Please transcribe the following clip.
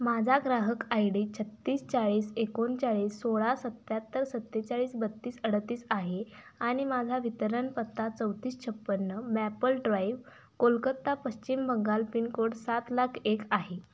माझा ग्राहक I D छत्तीस चाळीस एकोणचाळीस सोळा सत्त्याहत्तर सत्तेचाळीस बत्तीस अडतीस आहे आणि माझा वितरण पत्ता चौतीस छप्पन्न Maple Drive Kolkata Paschim Bangal pincode सात लाख एक आहे